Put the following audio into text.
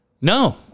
No